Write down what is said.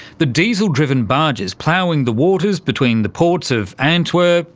the diesel-driven barges ploughing the waters between the ports of antwerp,